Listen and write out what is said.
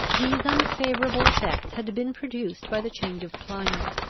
these unfavourable effects had been produced by the change of climate,